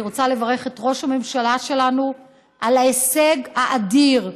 אני רוצה לברך את ראש הממשלה שלנו על ההישג האדיר,